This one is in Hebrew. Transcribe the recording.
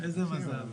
איזה מזל.